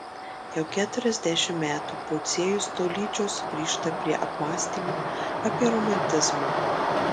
jau keturiasdešimt metų pociejus tolydžio sugrįžta prie apmąstymų apie romantizmą